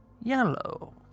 yellow